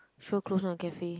sure closed one cafe